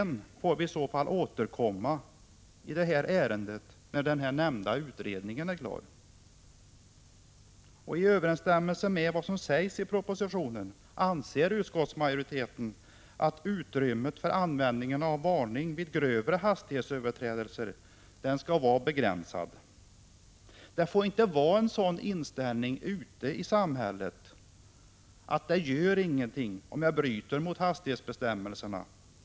När nämnda utredning är klar får vi eventuellt återkomma i ärendet. I överensstämmelse med vad som sägs i propositionen anser utskottsmajo Prot. 1985/86:159 riteten att utrymmet för användningen av varning vid grövre hastighetsöver — 2 juni 1986 trädelser skall begränsas. Det får inte vara en sådan inställning i samhället att man anser att det inte gör någonting om man bryter mot hastighetsbestämmelserna.